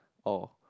or